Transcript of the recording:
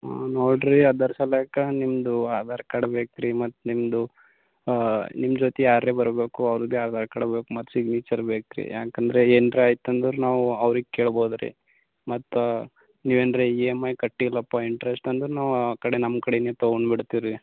ಹಾಂ ನೋಡಿರಿ ಅದರ ಸಲಾಕ ನಿಮ್ಮದು ಆಧಾರ್ ಕಾರ್ಡ್ ಬೇಕ್ರಿ ಮತ್ತು ನಿಮ್ಮದು ನಿಮ್ಮ ಜೊತೆ ಯಾರೆ ಬರಬೇಕು ಅವರದ್ದೆ ಆಧಾರ್ ಕಾರ್ಡ್ ಬೇಕು ಮತ್ತು ಸಿಗ್ನೇಚರ್ ಬೇಕು ರೀ ಯಾಕೆಂದ್ರೆ ಏನಾರ ಆಯ್ತು ಅಂದ್ರೆ ನಾವು ಅವ್ರಿಗೆ ಕೇಳ್ಬೋದು ರೀ ಮತ್ತು ನೀವು ಏನಾರ ಈ ಎಮ್ ಐ ಕಟ್ಟಿಲ್ಲಪ್ಪ ಇಂಟ್ರೆಸ್ಟ್ ಅಂದರೆ ನಾವು ಆ ಕಡೆ ನಮ್ಮ ಕಡೆನೆ ತಗೊಂಡ್ಬಿಡ್ತೀರಿ